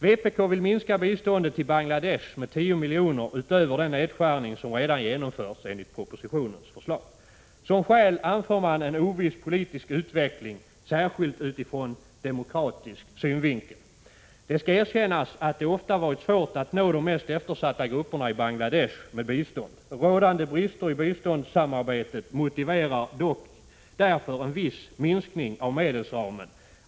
Vpk vill minska biståndet till Bangladesh med 10 miljoner utöver den nedskärning som redan genomförts enligt förslaget i propositionen. Som skäl anför man en oviss politisk utveckling särskilt utifrån demokratisk synvinkel. Det skall erkännas att det ofta varit svårt att nå de mest eftersatta grupperna i Bangladesh med bistånd. Rådande brister i biståndssamarbetet motiverar därför en viss minskning av medelsramen.